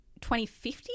2050